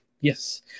Yes